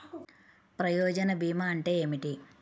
ప్రయోజన భీమా అంటే ఏమిటి?